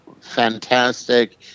fantastic